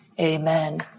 Amen